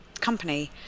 company